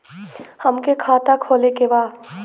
हमके खाता खोले के बा?